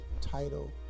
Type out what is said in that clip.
title